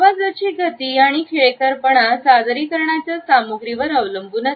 आवाजाची गती आणि खेळकरपणा सादरीकरणाच्या सामग्रीवर अवलंबून असते